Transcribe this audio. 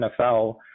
NFL